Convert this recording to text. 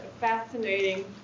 fascinating